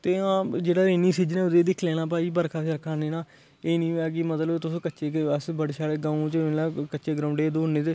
ते हां जेह्ड़ा रेनी सीजन ऐ ओह्दे च दिक्खी लैना भाई बरखा शरखा नेईं ना एह् निं होऐ कि मतलब तुस कच्ची अस बड़े शैल गांव च मतलब कच्चे ग्राउंडै च दौड़नें ते